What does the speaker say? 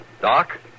Doc